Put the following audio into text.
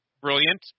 brilliant